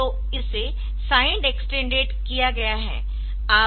तो इसे signed extended किया गया है